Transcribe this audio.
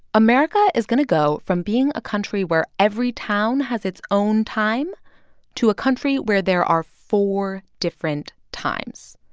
america is going to go from being a country where every town has its own time to a country where there are four different times.